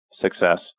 Success